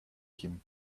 him